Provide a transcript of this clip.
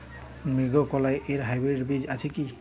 মুগকলাই এর হাইব্রিড বীজ আছে কি?